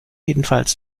jedenfalls